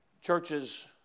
churches